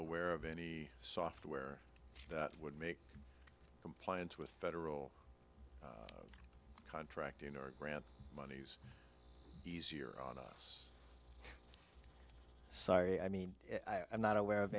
ware of any software that would make compliance with federal contracting or grant monies easier on us sorry i mean i'm not aware of